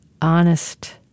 honest